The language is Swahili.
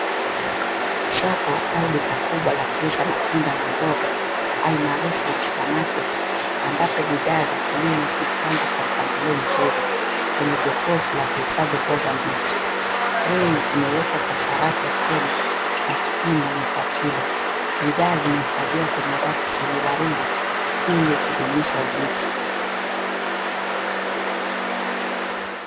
Soko au duka kubwa la kuuza matunda na mboga almaarufu (cs)supermarket(cs) ambapo bidhaa za kilimo zimepangwa kwa mpangilio mzuri kwenye jokofu la kuhifadhi mboga mbichi. Bei zimewekwa kwa sarafu ya Kenya na kipimo ni kwa kilo. Bidhaa zimehifadhiwa kwenye racks zenye baridi ili kudumisha ubichi.